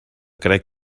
crec